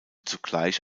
zugleich